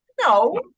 No